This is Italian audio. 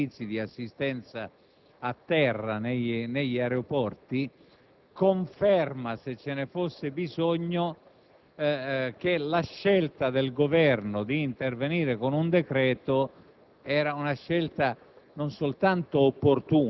relativo all'organizzazione dei servizi di assistenza a terra negli aeroporti; conferma, se ce ne fosse bisogno, che la scelta del Governo di intervenire con un decreto